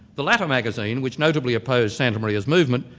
the latter magazine, which notably opposed santamaria's movement,